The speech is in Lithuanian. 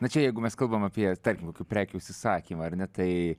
na čia jeigu mes kalbam apie tarkim kokių prekių užsisakymą ar ne tai